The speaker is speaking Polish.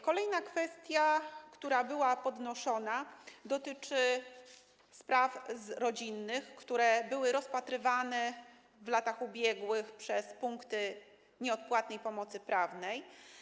Kolejna kwestia, która była podnoszona, dotyczy spraw rodzinnych, które były rozpatrywane w latach ubiegłych przez punkty nieodpłatnej pomocy prawnej.